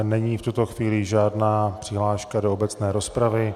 Není v tuto chvíli žádná přihláška do obecné rozpravy.